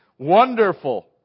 Wonderful